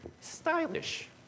Stylish